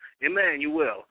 Emmanuel